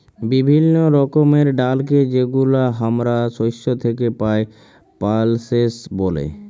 বিভিল্য রকমের ডালকে যেগুলা হামরা শস্য থেক্যে পাই, পালসেস ব্যলে